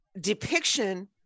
depiction